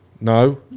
No